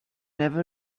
never